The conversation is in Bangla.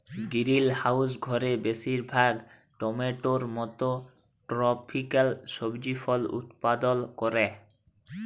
গিরিলহাউস ঘরে বেশিরভাগ টমেটোর মত টরপিক্যাল সবজি ফল উৎপাদল ক্যরা